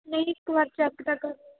ਨਹੀਂ ਇੱਕ ਵਾਰ ਚੈੱਕ ਤਾਂ ਕਰ